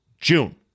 June